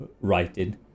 writing